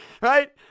Right